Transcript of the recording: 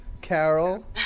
Carol